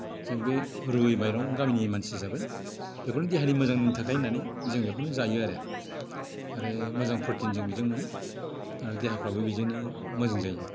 जों बे रुयि माइरं गामिनि मानसि हिसाबै बेखौनो देहानि मोजांनि थाखाय होननानै जों बेखौनो जायो आरो आरो मोजां प्रटिन जों बेजोंनो मोनो आरो देहाफ्राबो बेजोंनो मोजां जायो